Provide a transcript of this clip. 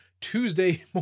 Tuesday